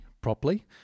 properly